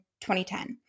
2010